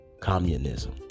communism